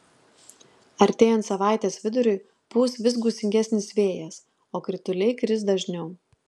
artėjant savaitės viduriui pūs vis gūsingesnis vėjas o krituliai kris dažniau